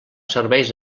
serveis